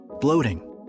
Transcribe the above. bloating